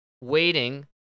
Waiting